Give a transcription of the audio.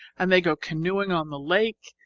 and they go canoeing on the lake,